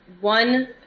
one